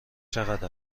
چقدر